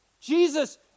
Jesus